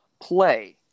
play